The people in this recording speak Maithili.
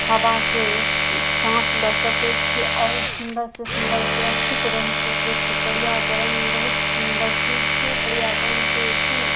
हवामे साँस लअ सकय छी आओर सुन्दर सँ सुन्दर सुरक्षित रहि सकय छी पर्यावरण बहुत सुन्दर चीज छै पर्यावरणके जे छै ने